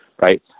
right